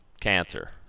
cancer